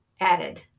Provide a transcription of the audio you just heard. added